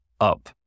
up